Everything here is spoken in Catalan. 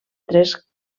tres